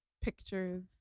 pictures